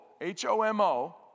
H-O-M-O